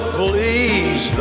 please